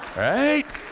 right?